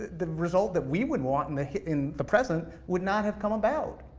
the result that we would want, in the in the present, would not have come about.